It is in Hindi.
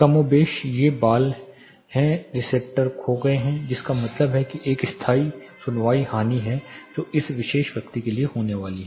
कमोबेश ये बाल हैं रिसेप्टर्स खो गए हैं जिसका मतलब है कि एक स्थायी सुनवाई हानि है जो इस विशेष व्यक्ति के लिए होने वाली है